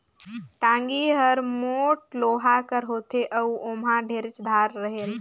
टागी हर मोट लोहा कर होथे अउ ओमहा ढेरेच धार रहेल